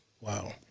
Wow